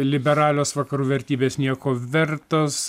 liberalios vakarų vertybės nieko vertos